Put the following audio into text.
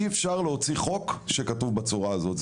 אי אפשר להוציא חוק שכתוב בצורה הזאת.